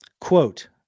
Quote